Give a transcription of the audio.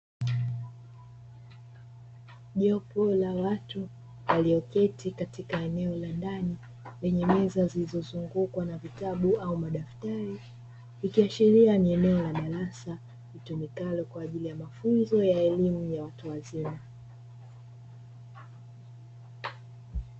Jopo la watu walioketi katika eneo la ndani lenye meza zilizozungukwa na vitabu au madaftari, ikiashiria ni eneo la darasa litumikalo kwaajili ya mafunzo ya elimu ya watu wazima.